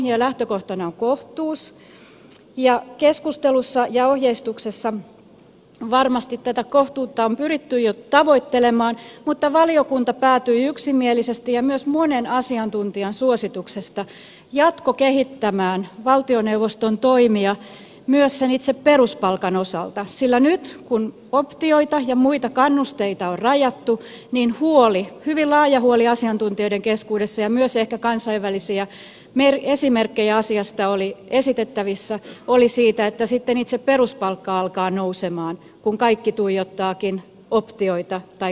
palkitsemisohjeen lähtökohtana on kohtuus ja keskustelussa ja ohjeistuksessa varmasti tätä kohtuutta on pyritty jo tavoittelemaan mutta valiokunta päätyi yksimielisesti ja myös monen asiantuntijan suosituksesta jatkokehittämään valtioneuvoston toimia myös sen itse peruspalkan osalta sillä nyt kun optioita ja muita kannusteita on rajattu niin hyvin laaja huoli asiantuntijoiden keskuudessa ja myös ehkä kansainvälisiä esimerkkejä asiasta oli esitettävissä oli siitä että sitten itse peruspalkka alkaa nousemaan kun kaikki tuijottavatkin optioita tai kannustinjärjestelmiä